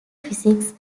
physics